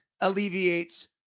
alleviates